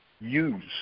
use